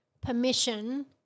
permission